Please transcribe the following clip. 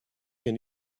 can